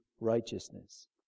righteousness